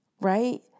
right